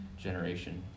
generation